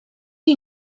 you